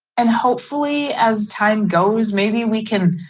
and hopefully as time goes, maybe we can.